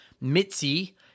Mitzi